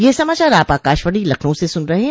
ब्रे क यह समाचार आप आकाशवाणी लखनऊ से सुन रहे हैं